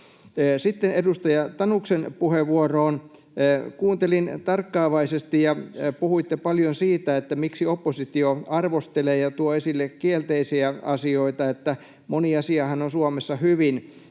Sitten edustaja Tanuksen puheenvuoroon. Kuuntelin tarkkaavaisesti. Puhuitte paljon siitä, miksi oppositio arvostelee ja tuo esille kielteisiä asioita, moni asiahan on Suomessa hyvin.